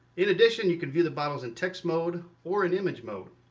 in addition, you can view the bottles in text mode or in image mode.